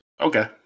Okay